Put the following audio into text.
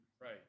right